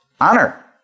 Honor